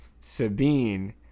Sabine